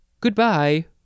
Goodbye